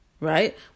right